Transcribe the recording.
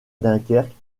dunkerque